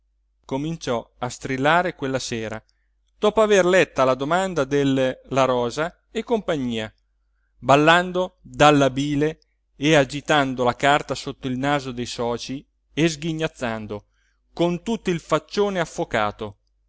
cominciò a strillare quella sera dopo aver letta la domanda del la rosa e compagnia ballando dalla bile e agitando la carta sotto il naso dei socii e sghignazzando con tutto il faccione affocato